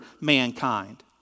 mankind